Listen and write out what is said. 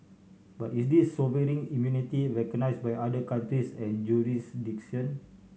but is this sovereign immunity recognised by other countries and jurisdictions